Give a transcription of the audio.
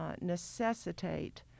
necessitate